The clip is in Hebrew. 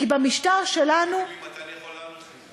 כי במשטר שלנו, תגידי לי מתי אני יכול לענות לך.